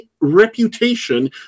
reputation